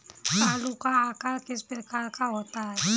आलू का आकार किस प्रकार का होता है?